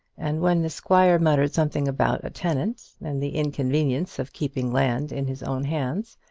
and when the squire muttered something about a tenant, and the inconvenience of keeping land in his own hands,